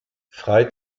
frei